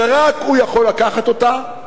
שרק הוא יכול לקחת אותה,